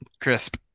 Crisp